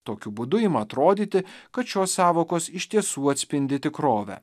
tokiu būdu ima atrodyti kad šios sąvokos iš tiesų atspindi tikrovę